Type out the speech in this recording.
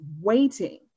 waiting